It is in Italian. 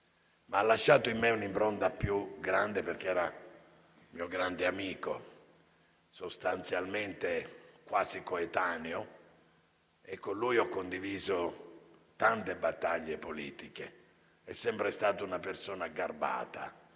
Ha lasciato in me un'impronta più grande perché era un mio grande amico, sostanzialmente quasi coetaneo, e con lui ho condiviso tante battaglie politiche. È sempre stato una persona garbata,